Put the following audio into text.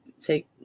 take